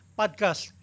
podcast